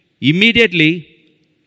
immediately